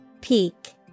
Peak